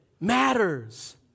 matters